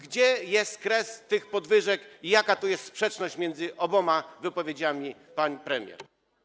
Gdzie jest kres tych podwyżek i jaka jest tu sprzeczność między obiema wypowiedziami pań premier?